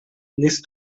list